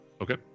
Okay